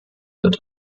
wird